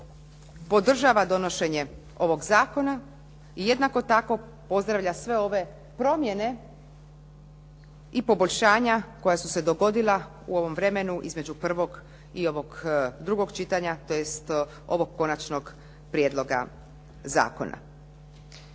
podržava donošenje ovog zakona i jednako tako pozdravlja sve ove promjene i poboljšanja koja su se dogodila u ovom vremenu između prvog i ovog drugog čitanja tj. ovog konačnog prijedloga zakona.